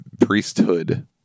priesthood